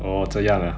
orh 这样 ah